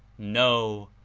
no,